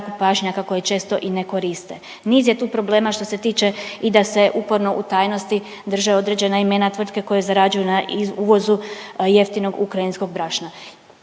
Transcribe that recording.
pašnjaka koji često i ne koriste. Niz je tu problema što se tiče i da se uporno u tajnosti drže određena imena tvrtke koje zarađuju na uvozu jeftinog ukrajinskog brašna.